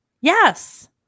Yes